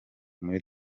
muri